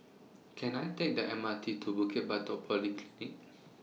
Can I Take The M R T to Bukit Batok Polyclinic